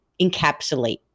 encapsulate